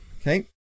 Okay